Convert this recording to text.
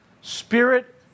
Spirit